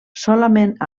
solament